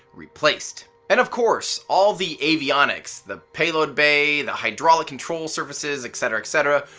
replaced. and of course, all the avionics, the payload bay, the hydraulic control surfaces et cetera, et cetera,